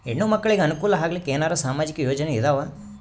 ಹೆಣ್ಣು ಮಕ್ಕಳಿಗೆ ಅನುಕೂಲ ಆಗಲಿಕ್ಕ ಏನರ ಸಾಮಾಜಿಕ ಯೋಜನೆ ಇದಾವ?